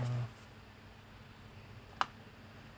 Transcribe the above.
~[ah]